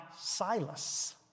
Silas